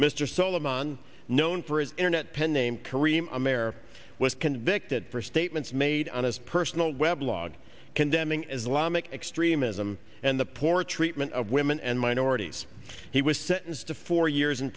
sullum on known for his internet pen name kareem america was convicted for statements made on his personal web blog condemning islamic extremism and the poor treatment of women and minorities he was sentenced to four years in